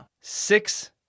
Six